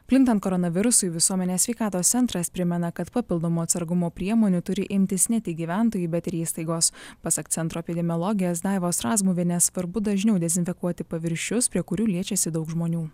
plintan koronavirusui visuomenės sveikatos centras primena kad papildomų atsargumo priemonių turi imtis ne tik gyventojai bet ir įstaigos pasak centro epidemiologės daivos razmuvienės svarbu dažniau dezinfekuoti paviršius prie kurių liečiasi daug žmonių